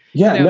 yeah,